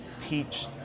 Teach